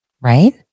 right